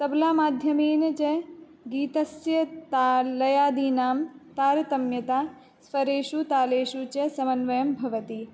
तबलामाध्यमेन च गीतस्य ताललयादीनां तारतम्यता स्वरेषु तालेषु च समन्वयः भवति